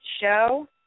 show